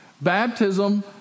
Baptism